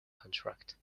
contract